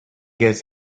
guess